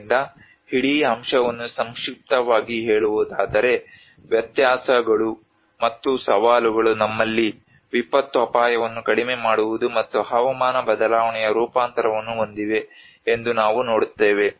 ಆದ್ದರಿಂದ ಇಡೀ ಅಂಶವನ್ನು ಸಂಕ್ಷಿಪ್ತವಾಗಿ ಹೇಳುವುದಾದರೆ ವ್ಯತ್ಯಾಸಗಳು ಮತ್ತು ಸವಾಲುಗಳು ನಮ್ಮಲ್ಲಿ ವಿಪತ್ತು ಅಪಾಯವನ್ನು ಕಡಿಮೆ ಮಾಡುವುದು ಮತ್ತು ಹವಾಮಾನ ಬದಲಾವಣೆಯ ರೂಪಾಂತರವನ್ನು ಹೊಂದಿವೆ ಎಂದು ನಾವು ನೋಡುತ್ತೇವೆ